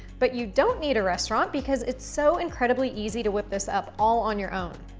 but you don't need a restaurant because it's so incredibly easy to whip this up all on your own.